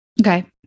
Okay